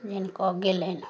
कऽ गेलनि